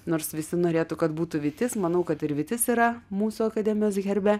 nors visi norėtų kad būtų vytis manau kad ir vytis yra mūsų akademijos herbe